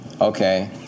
Okay